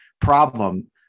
problem